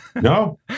No